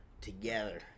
together